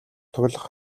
тоглох